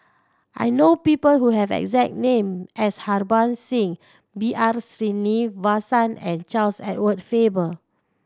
I know people who have a exact name as Harbans Singh B R Sreenivasan and Charles Edward Faber